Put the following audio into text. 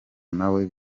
nawe